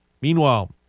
Meanwhile